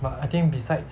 but I think besides